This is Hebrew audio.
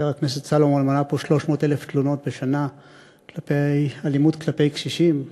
חבר הכנסת סולומון מנה פה 300,000 תלונות בשנה על אלימות כלפי קשישים.